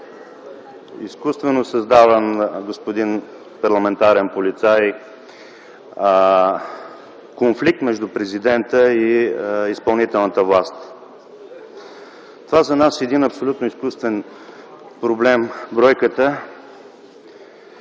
изкуствено създаван, господин парламентарен полицай, конфликт между Президента и изпълнителната власт. Това за нас е един абсолютно изкуствен проблем – бройката